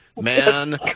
Man